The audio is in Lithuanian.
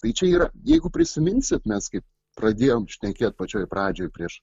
tai čia yra jeigu prisiminsit mes kaip pradėjom šnekėt pačioj pradžioj prieš